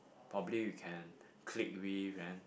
probably you can click with then